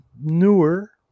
Newer